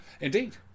indeed